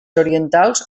orientals